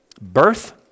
Birth